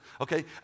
Okay